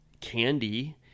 Candy